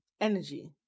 energy